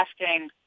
asking